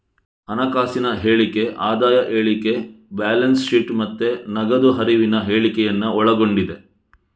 ಹಣಕಾಸಿನ ಹೇಳಿಕೆ ಆದಾಯ ಹೇಳಿಕೆ, ಬ್ಯಾಲೆನ್ಸ್ ಶೀಟ್ ಮತ್ತೆ ನಗದು ಹರಿವಿನ ಹೇಳಿಕೆಯನ್ನ ಒಳಗೊಂಡಿದೆ